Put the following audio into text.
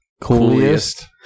Coolest